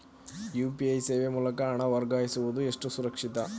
UPI ಸೇವೆ ಮೂಲಕ ಹಣ ವರ್ಗಾಯಿಸುವುದು ಎಷ್ಟು ಸುರಕ್ಷಿತ?